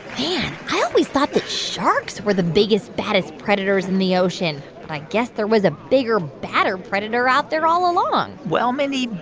man, i always thought that sharks were the biggest, baddest predators in the ocean. but i guess there was a bigger, badder predator out there all along well, mindy,